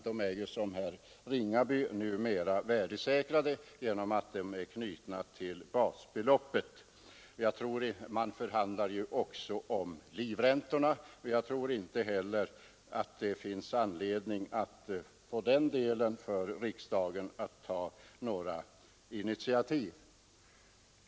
De senare är ju, som herr Ringaby påpekade, numera värdesäkrade genom att de är knutna till basbeloppet. Man förhandlar också om själva livräntorna. Jag tror inte heller att det i den delen finns anledning för riksdagen att ta några initiativ.